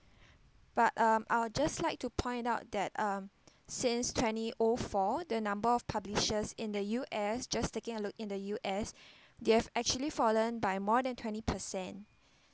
but um I'll just like to point out that um since twenty O four the number of publishers in the U_S just taking a look in the U_S they have actually fallen by more than twenty per cent